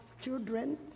children